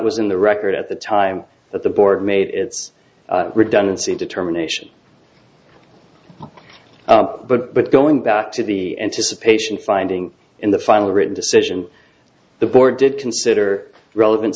was in the record at the time that the board made its redundancy determination but going back to the anticipation finding in the final written decision the board did consider relevant